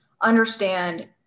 understand